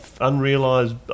unrealised